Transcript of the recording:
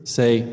say